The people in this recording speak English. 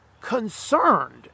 concerned